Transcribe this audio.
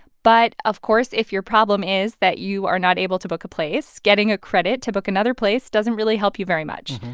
but, of course, if your problem is that you are not able to book a place, getting a credit to book another place doesn't really help you very much.